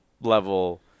level